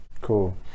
Cool